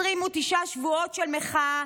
29 שבועות של מחאה,